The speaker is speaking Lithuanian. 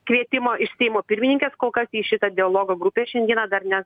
kvietimo iš seimo pirmininkės kol kas į šitą dialogo grupę šiandieną dar ne